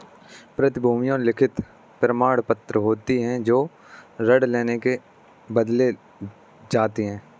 प्रतिभूतियां लिखित प्रमाणपत्र होती हैं जो ऋण लेने के बदले दी जाती है